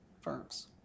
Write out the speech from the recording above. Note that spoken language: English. firms